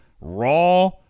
Raw